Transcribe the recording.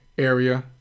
area